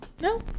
No